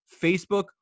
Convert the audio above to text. Facebook